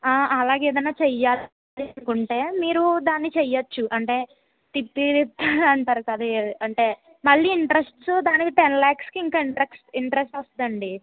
అలాగే ఏదైనా చెయ్యాలి అనుకుంటే మీరు దాన్ని చెయ్యొచ్చు అంటే తిప్పి తిప్పారు అంటారు కదా అంటే మళ్ళీ ఇంట్రెస్ట్ దానికి టెన్ ల్యాక్స్ ఇంకా ఇంట్రె ఇంట్రెస్ట్ వస్తుందండి